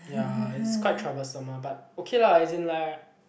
ya it's quite troublesome uh but okay lah as in like